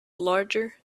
larger